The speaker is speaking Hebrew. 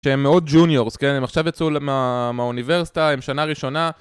שהם מאוד ג'וניורס כן, הם עכשיו יצאו מהאוניברסיטה, הם שנה ראשונה